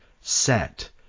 set